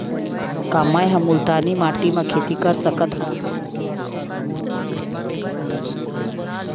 का मै ह मुल्तानी माटी म खेती कर सकथव?